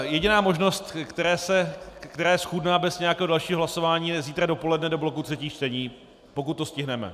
Jediná možnost, která je schůdná bez dalšího hlasování, je zítra dopoledne do bloku třetích čtení, pokud to stihneme.